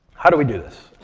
how do we do this?